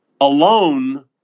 alone